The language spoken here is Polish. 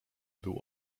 był